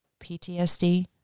PTSD